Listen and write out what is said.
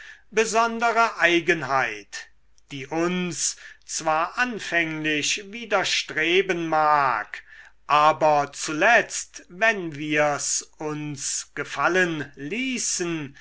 besondere eigenheit die uns zwar anfänglich widerstreben mag aber zuletzt wenn wir's uns gefallen ließen